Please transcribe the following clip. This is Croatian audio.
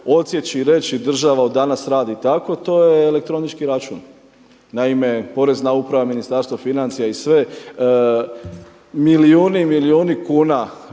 odsjeći i reći država od danas radi tako, to je elektronički račun. Naime, Porezna uprava Ministarstva financija i sve milijuni i milijuni kuna